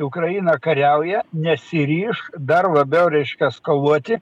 ukraina kariauja nesiryš dar labiau reiškias kovoti